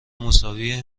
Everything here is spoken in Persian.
مساوی